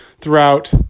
throughout